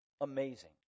amazing